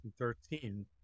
2013